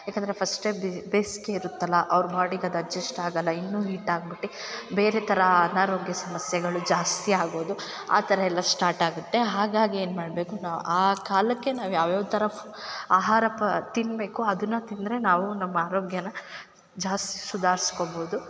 ಯಾಕಂದ್ರೆ ಫಸ್ಟೇ ಬೇಸಿಗೆ ಇರುತ್ತಲ್ಲ ಅವ್ರು ಬಾಡಿಗೆ ಅದು ಅಜ್ಜಸ್ಟ್ ಆಗೋಲ್ಲ ಇನ್ನು ಹೀಟಾಗ್ಬಿಟ್ಟು ಬೇರೆ ಥರ ಅನಾರೋಗ್ಯ ಸಮಸ್ಯೆಗಳು ಜಾಸ್ತಿ ಆಗೋದು ಆ ಥರ ಎಲ್ಲ ಸ್ಟಾರ್ಟಾಗುತ್ತೆ ಆಗಾಗೇನ್ ಮಾಡಬೇಕು ನಾವು ಆ ಕಾಲಕ್ಕೆ ನಾವು ಯಾವ್ಯಾವ ಥರ ಆಹಾರ ಪ ತಿನ್ನಬೇಕು ಅದನ್ನು ತಿಂದರೆ ನಾವು ನಮ್ಮ ಆರೋಗ್ಯನ ಜಾಸ್ತಿ ಸುಧಾರಿಸ್ಕೋಬೋದು